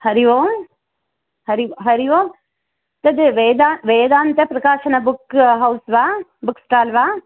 हरिः ओं हरि हरिः ओं तद् वेदा वेदान्तप्रकाशन बुक् हौस् वा बुक् स्टाल् वा